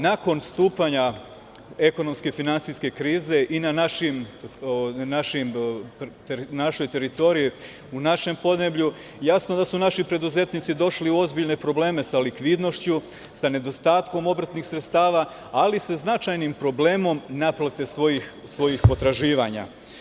Nakon stupanja ekonomske i finansijske krize i na našoj teritoriji, u našem podneblju, jasno da su naši preduzetnici došli u ozbiljne probleme sa likvidnošću, sa nedostatkom obrtnih sredstava, ali sa značajnim problemom naplate svojih potraživanja.